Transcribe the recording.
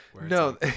no